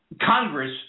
Congress